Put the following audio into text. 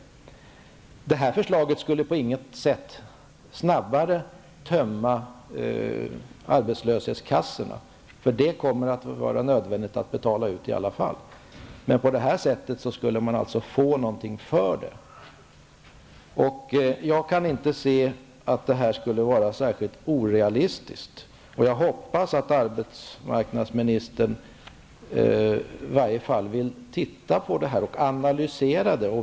Med det här förslaget skulle man på intet sätt tömma arbetslöshetskassorna snabbare än vad som sker i dag. Det är i alla fall nödvändigt att betala ut ersättning. Med vårt förslag skulle man få något för pengarna. Jag kan inte se att vårt förslag är särskilt orealistiskt. Jag hoppas att arbetsmarknadsministern i alla fall skulle vilja titta på våra förslag och analysera dem.